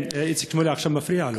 איציק שמולי עכשיו מפריע לו.